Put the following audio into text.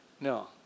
no